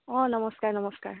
অ' নমস্কাৰ নমস্কাৰ